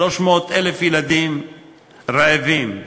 300,000, ילדים רעבים.